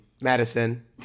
Madison